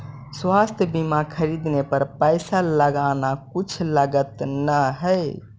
स्वास्थ्य बीमा खरीदने पर पैसा लगाना कुछ गलत न हई